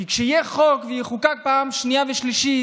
כי כשיהיה חוק ויחוקק בקריאה שנייה ושלישית,